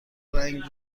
رنگ